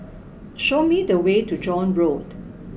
show me the way to John Road